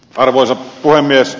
arvoisa puhemies